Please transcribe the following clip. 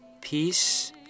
Peace